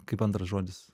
kaip antras žodis